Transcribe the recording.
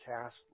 cast